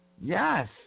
Yes